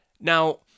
Now